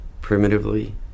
primitively